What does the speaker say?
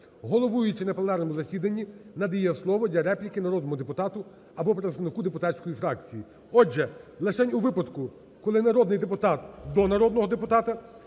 Головуючий на пленарному засіданні надає слово для репліки народному депутату або представнику депутатської фракції." Отже, лишень у випадку, коли народний депутат до народного депутата,